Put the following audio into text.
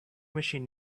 machine